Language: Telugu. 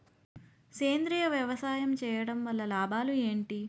సేంద్రీయ వ్యవసాయం చేయటం వల్ల లాభాలు ఏంటి?